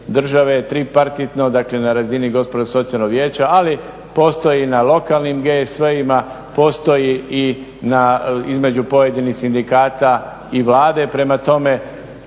tripartitno, dakle na razini Gospodarsko-socijalnog vijeća, ali postoji na lokalnim GSF-ima, postoji i između pojedinih sindikata i Vlade. Prema tome,